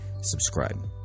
subscribe